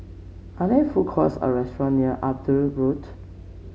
are there food courts or restaurant near Edinburgh Road